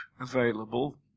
available